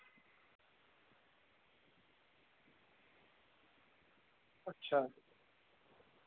अच्छा